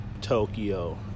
Tokyo